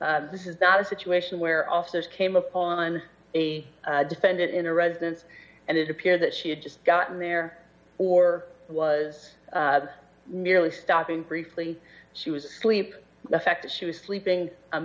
this is not a situation where officers came upon a defendant in a residence and it appeared that she had just gotten there or was merely stopping briefly she was asleep the fact that she was sleeping